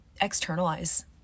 externalize